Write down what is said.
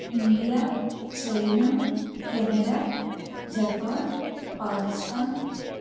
India China Canada Japan Pakistan